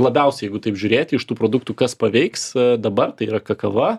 labiausiai jeigu taip žiūrėti iš tų produktų kas paveiks dabar tai yra kakava